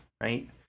right